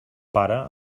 pare